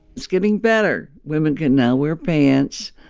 it's getting better. women can now wear pants,